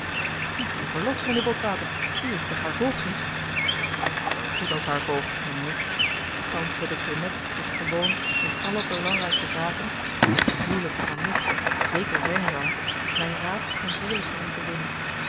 met uw verlof mijnheer botwater u is toch haar voogd niet gerard keller het testament van mevrouw de tonnette zoo goed als haar voogd mijnheer tante de tonnette is gewoon in alle belangrijke zaken zooals een huwelijk van haar nichtje zeker zijn zou mijn raad en voorlichting in te winnen